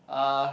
uh